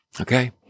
Okay